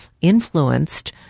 influenced